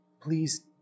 please